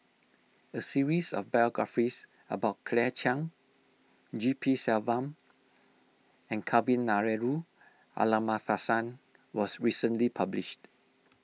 a series of biographies about Claire Chiang G P Selvam and Kavignareru Amallathasan was recently published